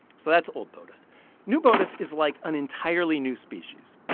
so that's old botus new botus is like an entirely new species.